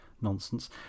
nonsense